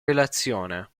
relazione